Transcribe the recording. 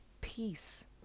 peace